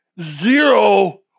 Zero